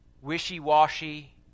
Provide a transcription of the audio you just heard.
wishy-washy